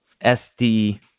SD